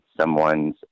someone's